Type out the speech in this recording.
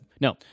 No